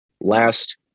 last